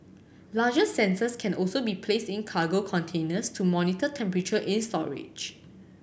larger sensors can also be placed in cargo containers to monitor temperature in storage